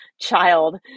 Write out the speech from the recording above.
child